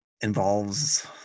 involves